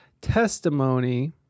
testimony